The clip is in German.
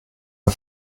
der